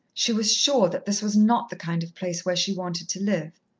she was sure that this was not the kind of place where she wanted to live.